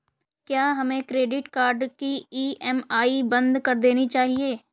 क्या हमें credit card की ई.एम.आई बंद कर देनी चाहिए?